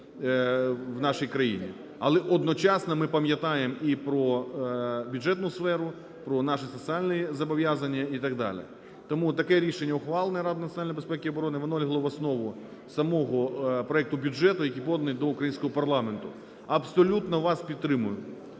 Але одночасно ми пам'ятаємо і про бюджетну сферу, про наші соціальні зобов'язання і так далі. Тому таке рішення ухвалене Радою національної безпеки і оборони, воно лягло в основу самого проекту бюджету, який поданий до українського парламенту. Абсолютно вас підтримую